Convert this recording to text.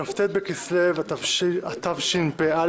כ"ט בכסלו התשפ"א,